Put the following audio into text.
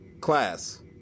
Class